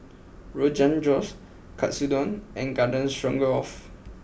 Rogan Josh Katsudon and Garden Stroganoff